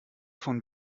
von